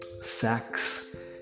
sex